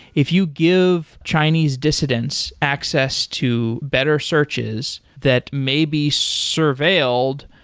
if you give chinese dissidents access to better searches that may be surveilled,